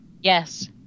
Yes